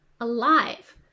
alive